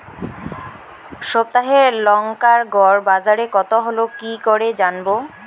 সপ্তাহে লংকার গড় বাজার কতো হলো কীকরে জানবো?